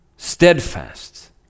steadfast